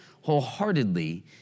wholeheartedly